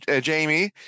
Jamie